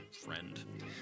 friend